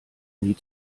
nie